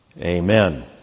Amen